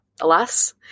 alas